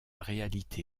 réalité